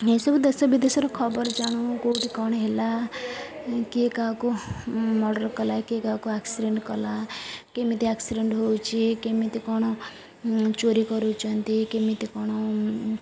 ଏସବୁ ଦେଶ ବିଦେଶର ଖବର ଜାଣୁ କୋଉଠି କ'ଣ ହେଲା କିଏ କାହାକୁ ମର୍ଡ଼ର୍ କଲା କିଏ କାହାକୁ ଆକ୍ସିଡ଼େଣ୍ଟ କଲା କେମିତି ଆକ୍ସିଡ଼େଣ୍ଟ ହେଉଛି କେମିତି କ'ଣ ଚୋରି କରୁଛନ୍ତି କେମିତି କ'ଣ